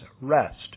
rest